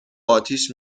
آتیش